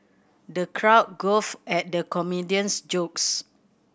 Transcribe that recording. the crowd guffawed at the comedian's jokes